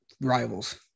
rivals